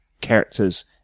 characters